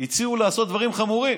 הציעו לעשות דברים חמורים,